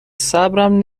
صبرم